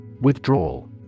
Withdrawal